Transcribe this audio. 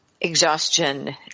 exhaustion